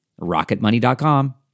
Rocketmoney.com